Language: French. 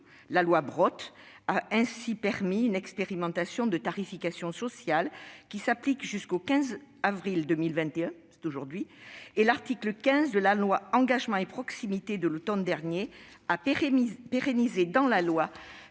La loi Brottes a ainsi permis une expérimentation de tarification sociale, qui s'applique jusqu'au 15 avril 2021- c'est aujourd'hui !-, et l'article 15 de la loi Engagement et proximité de l'automne dernier a pérennisé dans la loi